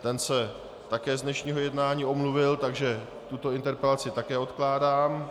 Ten se také z dnešního jednání omluvil, takže tuto interpelaci také odkládám.